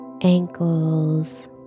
ankles